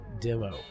demo